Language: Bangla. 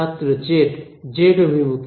ছাত্র জেড জেড অভিমুখে